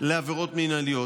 לעבירות מינהליות.